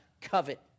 covet